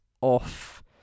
off